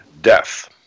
death